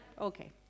Okay